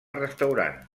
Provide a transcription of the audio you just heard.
restaurant